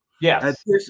Yes